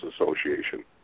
association